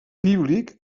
bíblic